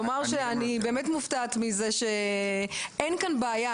לומר שאני באמת מופתעת מזה שאין כאן בעיה,